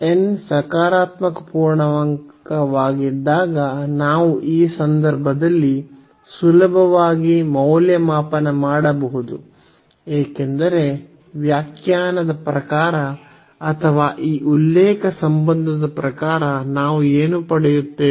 n ಸಕಾರಾತ್ಮಕ ಪೂರ್ಣಾಂಕವಾಗಿದ್ದಾಗ ನಾವು ಈ ಸಂದರ್ಭದಲ್ಲಿ ಸುಲಭವಾಗಿ ಮೌಲ್ಯಮಾಪನ ಮಾಡಬಹುದು ಏಕೆಂದರೆ ವ್ಯಾಖ್ಯಾನದ ಪ್ರಕಾರ ಅಥವಾ ಈ ಉಲ್ಲೇಖ ಸಂಬಂಧದ ಪ್ರಕಾರ ನಾವು ಏನು ಪಡೆಯುತ್ತೇವೆ